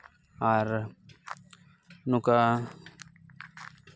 ᱟᱨ ᱱᱚᱝᱠᱟ